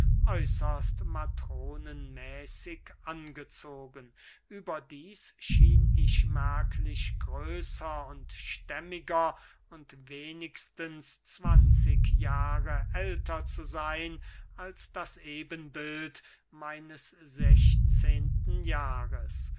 äußerst matronenmäßig angezogen überdieß schien ich merklich größer und stämmiger und wenigstens zwanzig jahre älter zu seyn als das ebenbild meines sechzehnten jahres